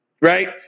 Right